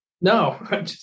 No